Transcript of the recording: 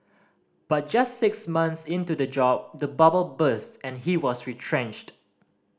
but just six months into the job the bubble burst and he was retrenched